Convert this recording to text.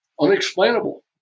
unexplainable